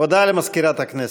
הודעה למזכירת הכנסת.